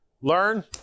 learn